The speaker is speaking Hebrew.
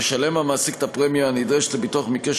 ישלם המעסיק את הפרמיה הנדרשת לביטוח במקרה